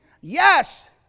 Yes